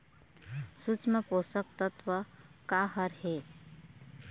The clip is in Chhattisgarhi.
सूक्ष्म पोषक तत्व का हर हे?